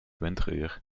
winteruur